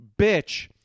bitch